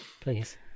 Please